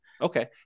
Okay